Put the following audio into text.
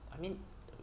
I mean